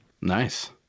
Nice